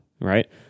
right